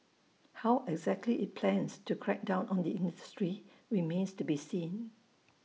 how exactly IT plans to crack down on the industry remains to be seen